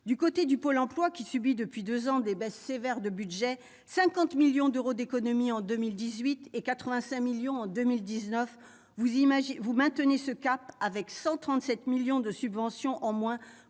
son côté, Pôle emploi subit depuis deux ans des baisses sévères de budget- 50 millions d'euros d'économies en 2018 et 85 millions en 2019 -, et vous maintenez ce cap, avec 137 millions d'euros de subventions en moins